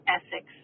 Essex